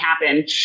happen